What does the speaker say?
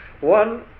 One